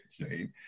Jane